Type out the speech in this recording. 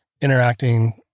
interacting